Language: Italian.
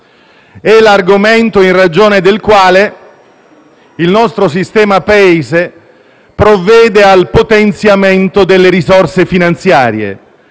È l'argomento in ragione del quale il nostro sistema-Paese provvede al potenziamento delle risorse finanziarie